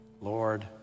Lord